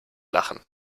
lachen